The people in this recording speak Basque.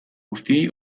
guztiei